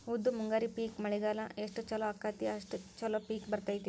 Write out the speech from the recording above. ಉದ್ದು ಮುಂಗಾರಿ ಪಿಕ್ ಮಳಿಗಾಲ ಎಷ್ಟ ಚಲೋ ಅಕೈತಿ ಅಷ್ಟ ಚಲೋ ಪಿಕ್ ಬರ್ತೈತಿ